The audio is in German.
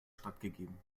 stattgegeben